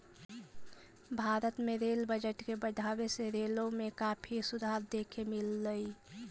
भारत में rail budget के बढ़ावे से रेलों में काफी सुधार देखे मिललई